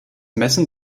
messen